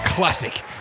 Classic